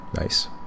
Nice